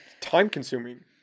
time-consuming